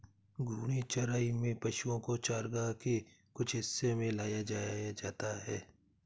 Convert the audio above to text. घूर्णी चराई में पशुओ को चरगाह के कुछ हिस्सों में ले जाया जाता है